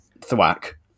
thwack